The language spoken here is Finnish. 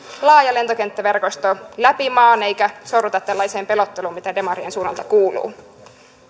laaja lentokenttäverkosto läpi maan eikä sorruta tällaiseen pelotteluun mitä demarien suunnalta kuuluu